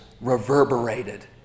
reverberated